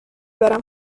برم